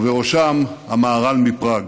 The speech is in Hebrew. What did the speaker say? ובראשם המהר"ל מפראג.